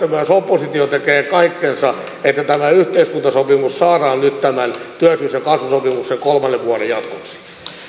myös oppositio tekee kaikkensa että tämä yhteiskuntasopimus saadaan nyt tämän työllisyys ja kasvusopimuksen kolmannen vuoden jatkoksi